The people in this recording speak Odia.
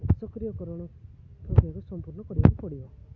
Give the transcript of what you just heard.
ସକ୍ରିୟକରଣ କରିବାକୁ ସମ୍ପୂର୍ଣ୍ଣ କରିବାକୁ ପଡ଼ିବ